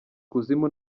kuzimu